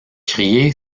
crier